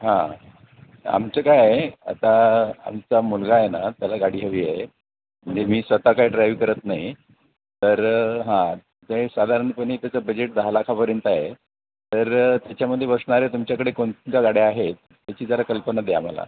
हां आमचं काय आहे आता आमचा मुलगा आहे ना त्याला गाडी हवी आहे म्हणजे मी स्वतः काय ड्राईव्ह करत नाही तर हां ते साधारणपणे त्याचं बजेट दहा लाखापर्यंत आहे तर त्याच्यामध्ये बसणाऱ्या तुमच्याकडे कोणत्या गाड्या आहेत त्याची जरा कल्पना द्या आम्हाला